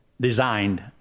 designed